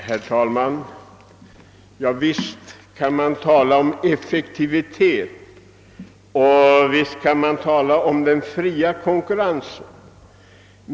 Herr talman! Visst kan man tala om effektiviteten och om den fria konkurrensen.